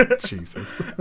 Jesus